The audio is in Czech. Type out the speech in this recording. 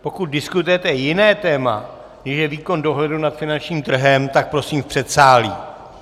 Pokud diskutujete jiné téma než výkon dohledu nad finančním trhem, tak prosím v předsálí!